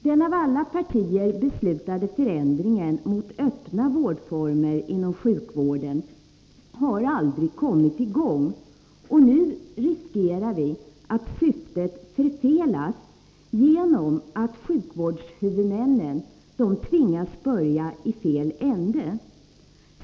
Den av alla partier beslutade förändringen mot öppna vårdformer inom sjukvården har aldrig kommit i gång, och nu riskerar vi att syftet förfelas genom att sjukvårdshuvudmännen tvingas börja i fel ände.